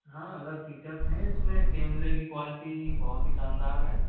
हाँ अलग फीचर्स है इसमें कैमरे की क्वालिटी बहुत ही शानदार है